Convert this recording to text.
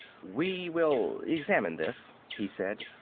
we will examine this, he said.